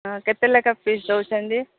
ହଁ କେତେ ଲେଖାଁ ପିସ୍ ଦେଉଛନ୍ତି